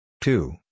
two